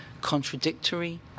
contradictory